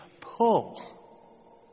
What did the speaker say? Pull